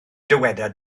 dyweda